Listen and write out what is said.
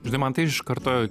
žinai man tai iš karto